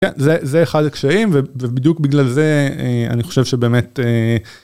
זה אחד הקשיים, ובדיוק בגלל זה אני חושב שבאמת...